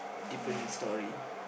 different story